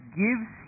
gives